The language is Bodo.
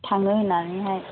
थांनो होन्नानैहाय